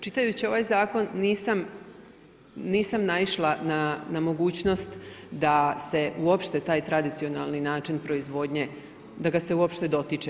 Čitajući ovaj zakon nisam naišla na mogućnost da se uopšte taj tradicionalni način proizvodnje, da ga se uopšte dotiče.